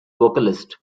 vocalist